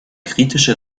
kritische